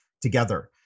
together